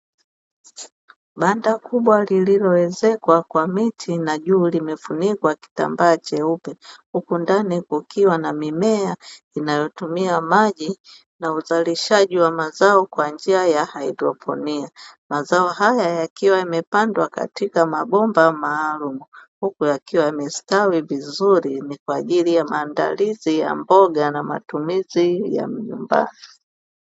Banda kubwa lililoezekwa kwa miti na juu limefunikwa kitambaa cheupe, huku ndani kukiwa na mimea inayotumia maji na uzalishaji wa mazao kwa njia ya haidroponi. Mazao haya yakiwa yamepandwa katika mabomba maalumu, huku yakiwa yamestawi vizuri, ni kwa ajili ya maandalizi ya mboga na matumizi ya nyumbani.